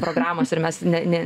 programos ir mes ne ne